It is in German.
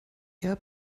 eher